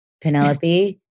Penelope